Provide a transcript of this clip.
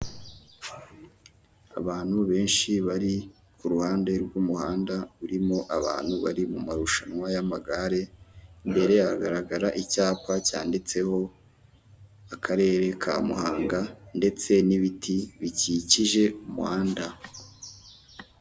Icyapa kiriho amafoto atatu magufi y'abagabo babiri uwitwa KABUGA n 'uwitwa BIZIMANA bashakishwa kubera icyaha cya jenoside yakorewe abatutsi mu Rwanda.